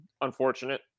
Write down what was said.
unfortunate